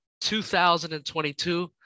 2022